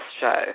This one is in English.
show